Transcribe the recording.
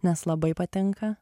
nes labai patinka